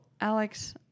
alex